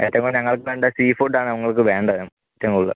ഏറ്റവും കൂടുതല് ഞങ്ങൾക്ക് വേണ്ടത് സീ ഫുഡാണ് ഞങ്ങൾക്ക് വേണ്ടത് ഏറ്റവും കൂടുതല്